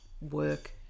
work